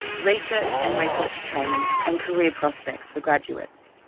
research and research training and career prospects for graduates.